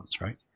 right